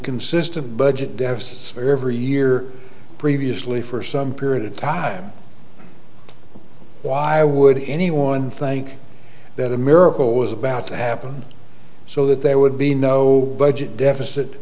consistent budget deficits every year previously for some period of time why would anyone think that a miracle was about to happen so that there would be no budget deficit